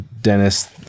Dennis